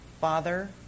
Father